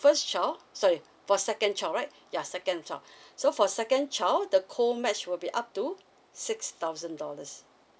first child sorry for second child right yeah second child so for second child the co match will be up to six thousand dollars